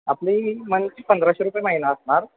आपली मंथली पंधराशे रुपये महिना असणार